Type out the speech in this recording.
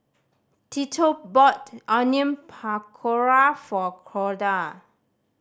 Tito bought Onion Pakora for Corda